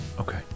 Okay